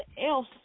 else